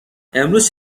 امروز